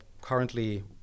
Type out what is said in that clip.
currently